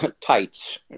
tights